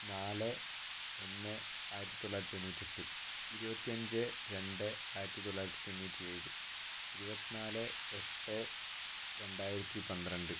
നാല് ഒന്ന് ആയിരത്തി തൊള്ളായിരത്തി തൊണ്ണൂറ്റെട്ട് ഇരുപത്തി അഞ്ച് രണ്ട് ആയിരത്തി തൊള്ളായിരത്തി തൊണ്ണൂറ്റി ഏഴ് ഇരുപത്തിനാല് എട്ട് രണ്ടായിരത്തി പന്ത്രണ്ട്